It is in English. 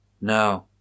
No